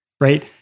right